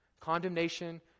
Condemnation